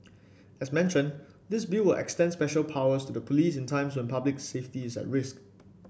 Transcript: as mentioned this Bill would extend special powers to the police in times when public safety is at risk